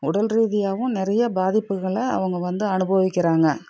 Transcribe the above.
உடல் ரீதியாவும் நிறைய பாதிப்புகள அவங்க வந்து அனுபவிக்கிறாங்க